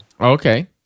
Okay